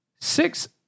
Six